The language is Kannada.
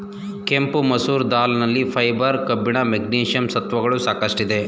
ಕೆಂಪು ಮಸೂರ್ ದಾಲ್ ನಲ್ಲಿ ಫೈಬರ್, ಕಬ್ಬಿಣ, ಮೆಗ್ನೀಷಿಯಂ ಸತ್ವಗಳು ಸಾಕಷ್ಟಿದೆ